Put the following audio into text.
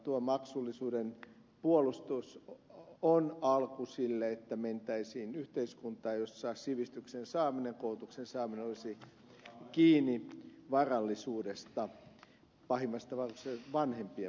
tuo maksullisuuden puolustus on alku sille että mentäisiin yhteiskuntaan jossa sivistyksen saaminen koulutuksen saaminen olisi kiinni varallisuudesta pahimmassa tapauksessa vanhempien varallisuudesta